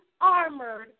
armored